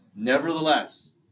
Nevertheless